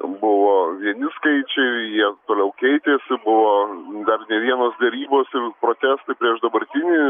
buvo vieni skaičiai jie toliau keitėsi buvo dar ne vienos derybos ir protestai prieš dabartinį